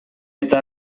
eta